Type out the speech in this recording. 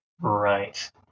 Right